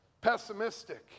pessimistic